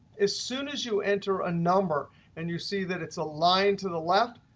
as soon as you enter a number and you see that it's aligned to the left,